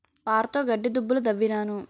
పారతోగడ్డి దుబ్బులు దవ్వినాను